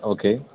okay